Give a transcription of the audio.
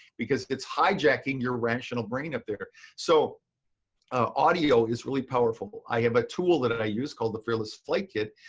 because it's hijacking your rational brain up there. so audio is really powerful. i have a tool that i use called the fearless flight kit,